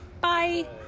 Bye